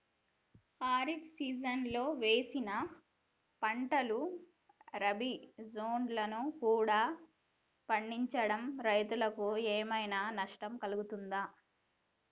ఖరీఫ్ సీజన్లో వేసిన పంటలు రబీ సీజన్లో కూడా పండించడం రైతులకు ఏమైనా నష్టం కలుగుతదా?